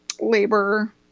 labor